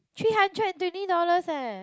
three hundred and twenty dollars eh